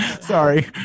sorry